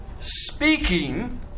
speaking